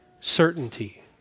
certainty